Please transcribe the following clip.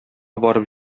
барып